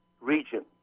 region